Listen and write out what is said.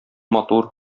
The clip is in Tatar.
матур